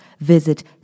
Visit